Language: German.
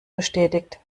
bestätigt